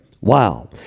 Wow